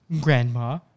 Grandma